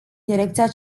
direcția